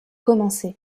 commencer